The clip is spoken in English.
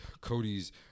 Cody's